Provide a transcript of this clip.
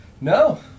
No